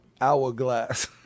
hourglass